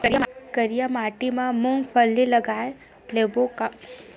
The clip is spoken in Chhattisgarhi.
करिया माटी मा मूंग फल्ली लगय लेबों का?